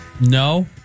No